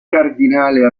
cardinale